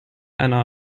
einer